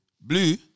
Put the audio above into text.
Blue